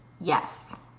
yes